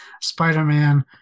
Spider-Man